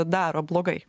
daro blogai